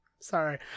Sorry